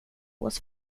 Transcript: was